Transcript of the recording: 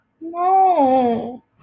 No